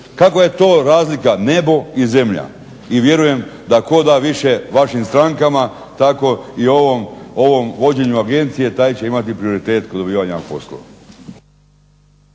Kakva je to razlika? Nebo i zemlja. I vjerujem da tko da više vašim strankama tako i ovom vođenju agencije taj će imati prioritet kod dobivanja poslova.